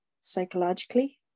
psychologically